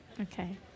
okay